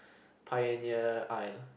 pioneer island